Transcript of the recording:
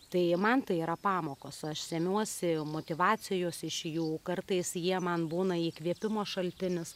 tai man tai yra pamokos aš semiuosi motyvacijos iš jų kartais jie man būna įkvėpimo šaltinis